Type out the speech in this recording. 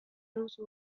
duzu